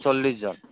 চল্লিছজন